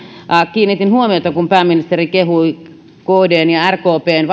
kiinnitin huomiota siihen kun pääministeri kehui kdn ja rkpn